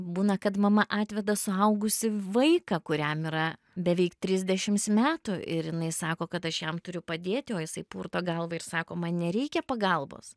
būna kad mama atveda suaugusį vaiką kuriam yra beveik trisdešims metų ir jinai sako kad aš jam turiu padėti o jisai purto galvą ir sako man nereikia pagalbos